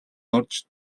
орж